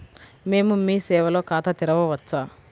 మేము మీ సేవలో ఖాతా తెరవవచ్చా?